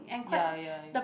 ya ya ya